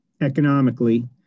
economically